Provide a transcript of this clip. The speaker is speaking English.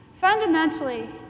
fundamentally